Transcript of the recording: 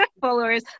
followers